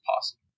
possible